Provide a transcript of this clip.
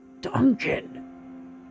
Duncan